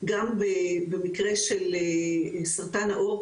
גם במקרה של סרטן העור,